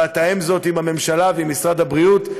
ואתאם זאת עם הממשלה ועם משרד הבריאות.